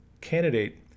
candidate